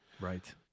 right